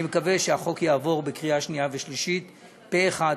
אני מקווה שהחוק יעבור בקריאה שנייה ושלישית פה אחד,